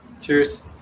Cheers